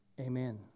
Amen